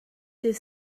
dydd